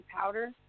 powder